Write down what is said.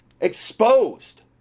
exposed